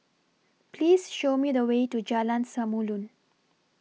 Please Show Me The Way to Jalan Samulun